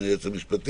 אדוני היועץ המשפטי